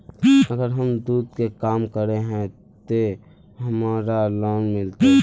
अगर हम दूध के काम करे है ते हमरा लोन मिलते?